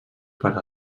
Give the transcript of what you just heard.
per